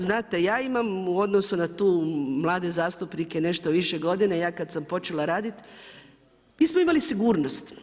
Znate ja imam u odnosu na tu mlade zastupnike nešto više godina, ja kad sam počela raditi mi smo imali sigurnost.